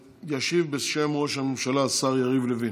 ישיב, בשם ראש הממשלה, השר יריב לוין.